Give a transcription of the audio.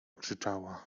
krzyczaia